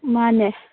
ꯃꯥꯟꯅꯦ